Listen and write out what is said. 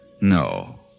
No